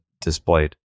displayed